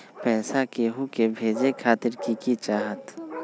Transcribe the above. पैसा के हु के भेजे खातीर की की चाहत?